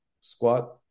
squat